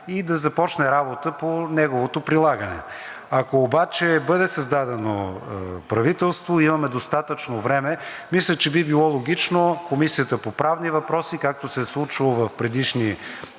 и да започне работа по неговото прилагане. Ако обаче бъде създадено правителство, имаме достатъчно време – мисля, че би било логично Комисията по правни въпроси, както се е случвало в предишни